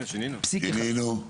שינינו.